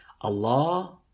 Allah